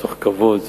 מתוך כבוד,